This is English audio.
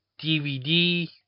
DVD